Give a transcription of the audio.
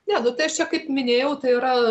ne nu tai aš čia kaip minėjau tai yra